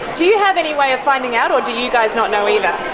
do you have any way of finding out or do you guys not know either?